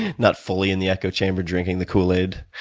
not fully in the echo chamber drinking the kool-aid.